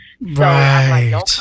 Right